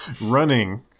Running